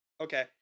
Okay